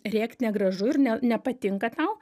rėkt negražu ir ne nepatinka tau